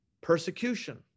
persecution